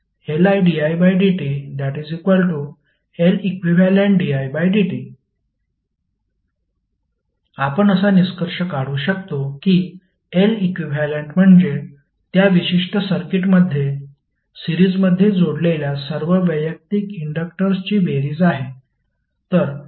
i1nLididtLeqdidt आपण असा निष्कर्ष काढू शकतो की L इक्विव्हॅलेंट म्हणजे त्या विशिष्ट सर्किटमध्ये सीरिजमध्ये जोडलेल्या सर्व वैयक्तिक इंडक्टर्सची बेरीज आहे